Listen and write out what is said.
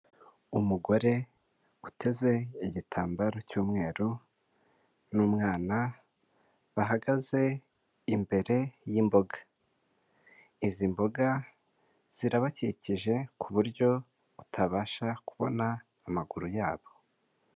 Umugore uteze igitambaro cy'umweru, n'umwana, bahagaze imbere y'imboga. Izi mboga zirabakikije, ku buryo utabasha kubona amaguru yabo.